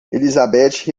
elizabeth